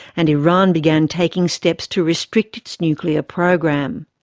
and iran began taking steps to restrict its nuclear program.